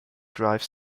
drive